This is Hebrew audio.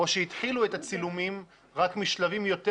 או שהתחילו את הצילומים רק משלבים יותר